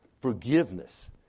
forgiveness